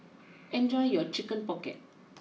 enjoy your Chicken pocket